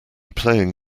playing